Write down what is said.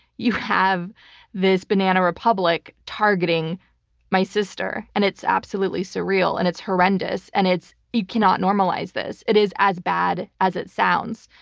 you have this banana republic targeting my sister, and it's absolutely surreal, and it's horrendous, and it's you cannot normalize this. it is as bad as it sounds.